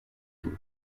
jour